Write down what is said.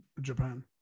Japan